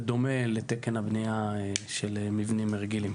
בדומה לתקן הבנייה של מבנים רגילים.